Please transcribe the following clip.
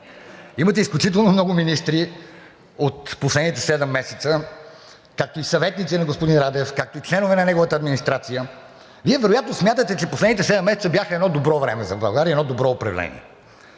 Имате изключително много министри от последните седем месеца, както и съветници на господин Радев, както и членове на неговата администрация. Вие вероятно смятате, че последните седем месеца бяха едно добро време за България, едно добро управление.